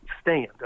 stand